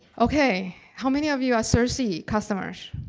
okay. how many of you are sirsi customers?